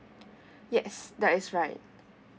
yes that is right